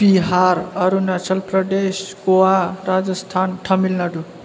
Bihar Arunachal Pradesh Goa Rajasthan Tamil Nadu